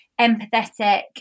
empathetic